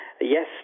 Yes